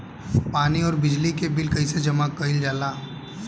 पानी और बिजली के बिल कइसे जमा कइल जाला?